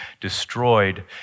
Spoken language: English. destroyed